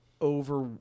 over